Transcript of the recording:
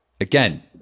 again